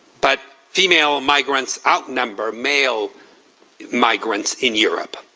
but female migrants outnumber male migrants in europe.